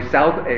South